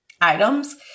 items